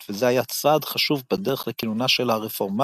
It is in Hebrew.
וזה היה צעד חשוב בדרך לכינונה של הרפורמציה